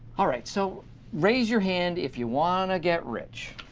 alright, so raise your hands if you wanna get rich.